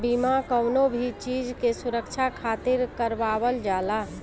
बीमा कवनो भी चीज के सुरक्षा खातिर करवावल जाला